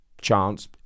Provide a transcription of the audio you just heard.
chance